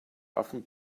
often